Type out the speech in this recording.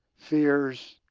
fears,